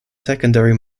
secondary